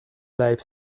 life